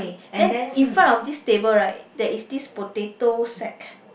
then in front of this table right there is this potato sack